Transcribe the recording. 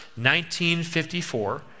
1954